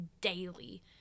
daily